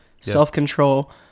self-control